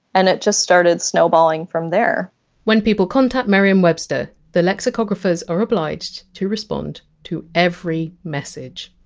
and it just started snowballing from there when people contact merriam-webster, the lexicographers are obliged to respond to every message